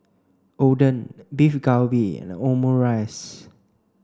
Oden Beef Galbi and Omurice